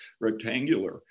rectangular